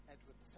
Edward